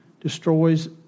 destroys